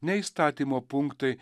ne įstatymo punktai